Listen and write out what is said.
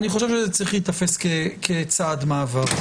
אני חושב שזה צריך להיתפס כצעד מעבר.